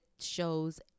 shows